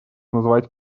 назвать